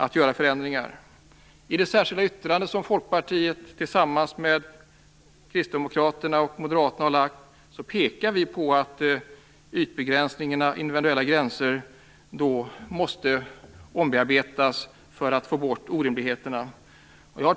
I det särskilda yttrandet, som Folkpartiet har fogat till betänkandet tillsammans med Kristdemokraterna och Moderaterna, pekar vi på att individuella gränser på bostadsytan måste ombearbetas för att få bort orimligheterna.